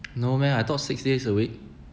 no meh I thought six days a week